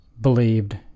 believed